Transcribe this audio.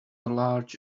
large